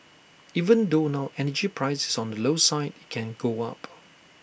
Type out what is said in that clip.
even though now energy price is on the low side IT can go up